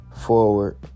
forward